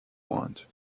want